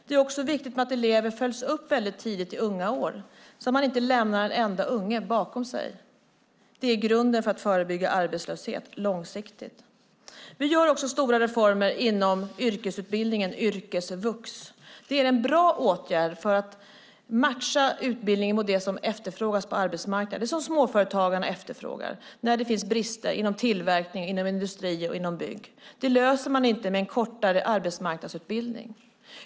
Det är också viktigt att elever följs upp väldigt tidigt i unga år så att man inte lämnar en enda unge bakom sig. Det är grunden för att långsiktigt förebygga arbetslöshet. Vi gör också stora reformer inom yrkesutbildningen, yrkesvux. Det är en bra åtgärd för att matcha utbildningen mot det som efterfrågas på arbetsmarknaden - det som småföretagarna efterfrågar när det finns brist inom tillverkning, industri och bygg. Det löser man inte med en kortare arbetsmarknadsutbildning.